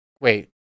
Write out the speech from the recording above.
wait